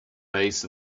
base